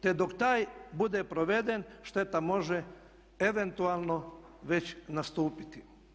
Te dok taj bude proveden šteta može eventualno već nastupiti.